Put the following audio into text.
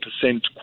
percent